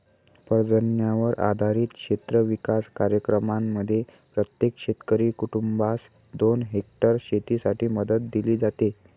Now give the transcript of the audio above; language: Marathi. पर्जन्यावर आधारित क्षेत्र विकास कार्यक्रमांमध्ये प्रत्येक शेतकरी कुटुंबास दोन हेक्टर शेतीसाठी मदत दिली जाते